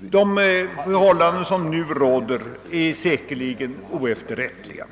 De förhållanden som nu råder är säkerligen oefterrättliga.